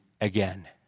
again